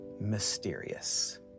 mysterious